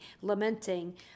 lamenting